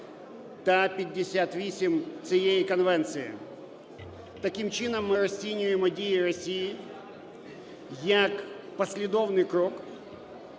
та 58 цієї конвенції. Таким чином, ми розцінюємо дії Росії як послідовний крок